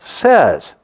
says